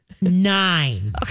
Nine